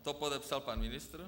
To podepsal pan ministr.